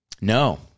No